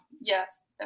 yes